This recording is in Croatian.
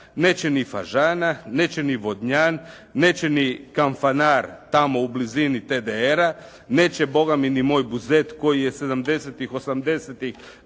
neće ni Fažana, neće ni Vodnjan, neće ni Kanfanar tamo u blizini TDR-a. Neće Boga mi ni moj Buzet koji je 70-tih,